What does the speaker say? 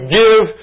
give